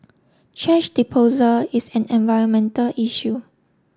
thrash disposal is an environmental issue